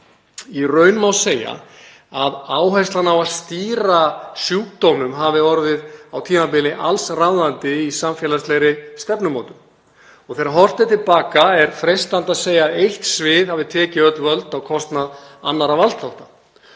Í raun má segja að áherslan á að stýra sjúkdómnum hafi orðið á tímabili alls ráðandi í samfélagslegri stefnumótun. Þegar horft er til baka er freistandi að segja að eitt svið hafi tekið öll völd á kostnað annarra valdþátta.